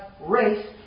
race